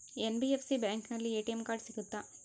NBFC ಬ್ಯಾಂಕಿನಲ್ಲಿ ATM card ಸಿಗುತ್ತಾ?